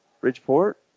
Bridgeport